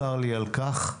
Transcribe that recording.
צר לי על כך.